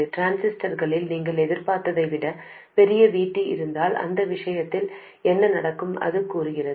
டிரான்சிஸ்டரில் நீங்கள் எதிர்பார்த்ததை விட பெரிய Vt இருந்தால் இந்த விஷயத்தில் என்ன நடக்கும் என்று அது கூறுகிறது